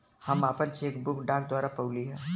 हम आपन cheque book डाक द्वारा पउली है